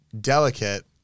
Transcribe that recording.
delicate